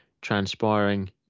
transpiring